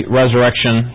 resurrection